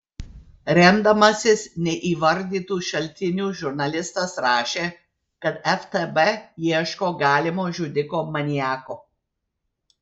remdamasis neįvardytu šaltiniu žurnalistas rašė kad ftb ieško galimo žudiko maniako